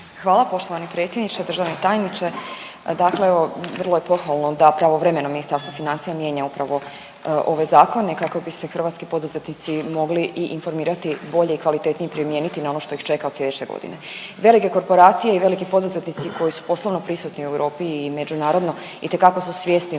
Hvala poštovani predsjedniče, državni tajniče. Dakle, evo vrlo je pohvalno da pravovremeno Ministarstvo financija mijenja upravo ove zakone kako bi se hrvatski poduzetnici mogli i informirati bolje i kvalitetnije primijeniti na ono što ih čeka sljedeće godine. Velike korporacije i veliki poduzetnici koji su poslovno prisutni u Europi i međunarodno itekako su svjesni